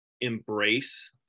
embrace